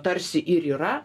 tarsi ir yra